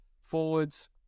forwards